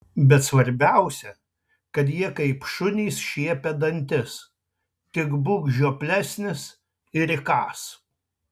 bet svarbiausia kad jie kaip šunys šiepia dantis tik būk žioplesnis ir įkąs